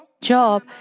Job